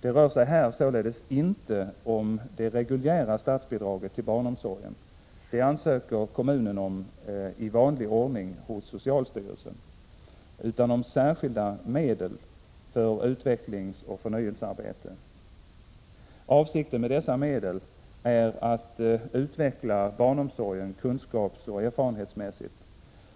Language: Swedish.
Det rör sig här således inte om det reguljära statsbidraget till barnomsorgen — det ansöker kommunen om i vanlig ordning hos socialstyrelsen — utan om särskilda medel för utvecklingsoch förnyelsearbete. Avsikten med dessa medel är att utveckla barnomsorgen kunskapsoch erfarenhetsmässigt.